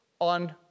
on